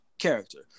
character